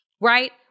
right